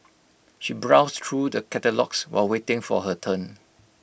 she browsed through the catalogues while waiting for her turn